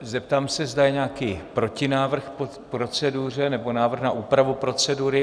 Zeptám se, zda je nějaký protinávrh k proceduře nebo návrh na úpravu procedury.